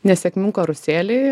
nesėkmių karuselė